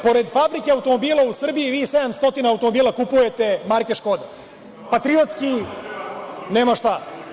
Pored fabrike automobila u Srbiji, vi 700 automobila kupujete marke „Škoda“, patriotski nema šta.